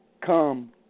come